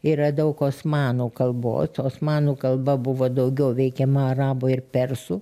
yra daug osmanų kalbos osmanų kalba buvo daugiau veikiama arabų ir persų